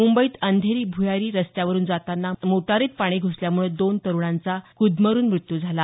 मुंबईत अंधेरी भुयारी रस्त्यावरून जाताना मोटारीत पाणी घुसल्यामुळे दोन तरूणांचा त्यात गुदमरून मृत्यू झाला